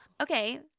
Okay